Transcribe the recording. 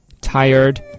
tired